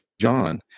John